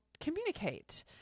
communicate